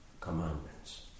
commandments